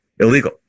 illegal